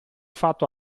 fatto